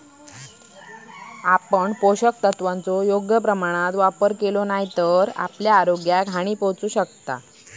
आपण पोषक तत्वांचो योग्य प्रमाणात वापर केलो नाय तर आपल्या आरोग्याक हानी पोहचू शकता